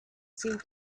seemed